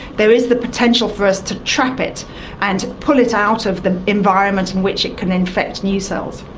there is the potential for us to trap it and pull it out of the environment in which it can infect new cells.